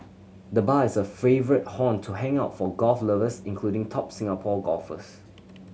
the bar is a favourite haunt to hang out for golf lovers including top Singapore golfers